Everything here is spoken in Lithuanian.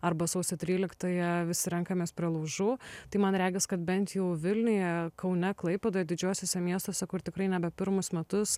arba sausio tryliktąją visi renkamės prie laužų tai man regis kad bent jau vilniuje kaune klaipėdoj didžiuosiuose miestuose kur tikrai nebe pirmus metus